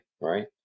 right